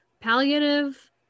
palliative